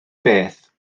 beth